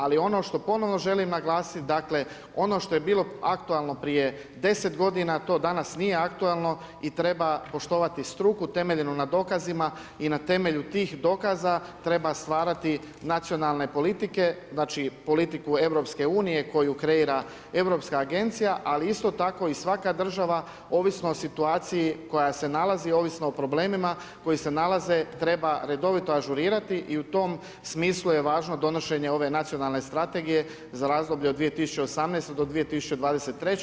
Ali ono što ponovno želim naglasiti, dakle, ono što je bilo aktualno prije 10 godina to danas nije aktualno i treba poštovati struku temeljenu na dokazima i na temelju tih dokaza treba stvarati nacionalne politike, znači politiku EU koju kreira Europska agencija ali isto tako i svaka država ovisno o situaciji koja se nalazi i ovisno o problemima koji se nalaze treba redovito ažurirati i u tom smislu je važno donošenje ove nacionalne strategije za razdoblje od 2018. do 2023.